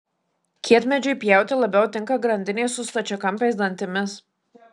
kietmedžiui pjauti labiau tinka grandinė su stačiakampiais dantimis